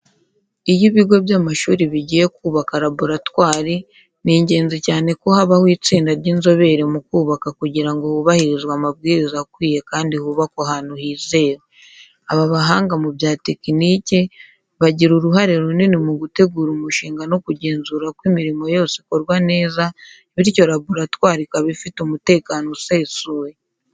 Iyo ibigo by’amashuri bigiye kubaka laboratwari, ni ingenzi cyane ko habaho itsinda ry’inzobere mu kubaka kugira ngo hubahirizwe amabwiriza akwiye kandi hubakwe ahantu hizewe. Aba bahanga mu bya tekiniki bagira uruhare runini mu gutegura umushinga no kugenzura ko imirimo yose ikorwa neza, bityo laboratwari ikaba ifite umutekano usesuye.